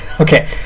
Okay